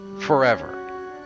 forever